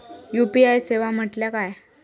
UPI सेवा म्हटल्या काय?